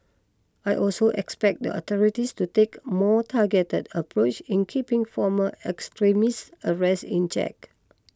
I also expect the authorities to take more targeted approach in keeping former extremists arrested in check